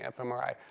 fMRI